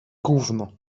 gówno